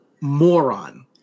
moron